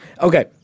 Okay